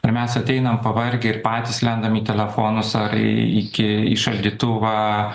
ar mes ateinam pavargę ir patys lendam į telefonus ar į iki į šaldytuvą